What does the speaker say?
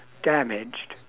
damaged